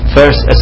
first